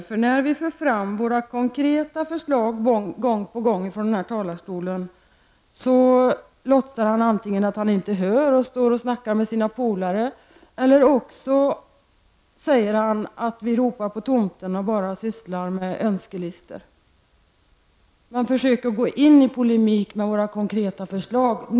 När vi gång på gång för fram våra konkreta förslag från denna talarstol, då låtsas nämligen Birger Rosqvist att han inte hör vad vi säger och står och snackar med sina polare, eller också säger han att vi ropar på tomten och bara skriver önskelistor. Försök i stället att någon gång gå i polemik med oss om våra konkreta förslag.